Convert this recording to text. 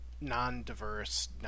non-diverse